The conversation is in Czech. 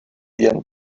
jen